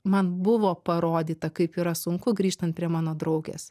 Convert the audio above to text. man buvo parodyta kaip yra sunku grįžtant prie mano draugės